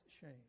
shame